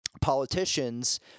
politicians